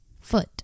foot